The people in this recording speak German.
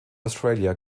australia